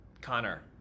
Connor